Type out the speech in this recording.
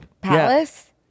palace